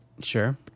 Sure